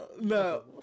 No